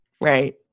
right